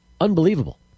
unbelievable